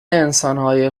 انسانهای